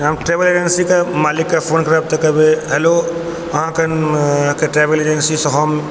हम ट्रैवल एजेन्सीके मालिकके फोन करब तऽ कहबै हैलो अहाँके ट्रैवल एजेन्सीसँ हम